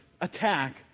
Attack